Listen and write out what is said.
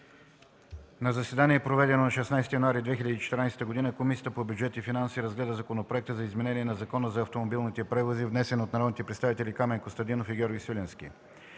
На заседание, проведено на 16 януари 2014 г., Комисията по бюджет и финанси разгледа Законопроекта за изменение на Закона за автомобилните превози, внесен от народните представители Камен Костадинов и Георги Свиленски.